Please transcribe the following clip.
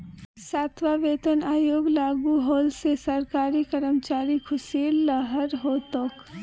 सातवां वेतन आयोग लागू होल से सरकारी कर्मचारिर ख़ुशीर लहर हो तोक